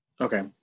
okay